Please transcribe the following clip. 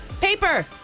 Paper